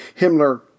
Himmler